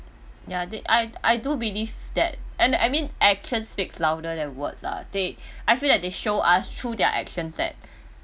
ya then I I do believe that and the I mean actions speak louder than words lah they I feel that they show us through their actions that